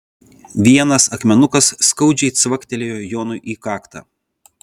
vienas akmenukas skaudžiai cvaktelėjo jonui į kaktą